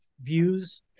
views